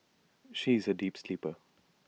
she is A deep sleeper